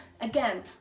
again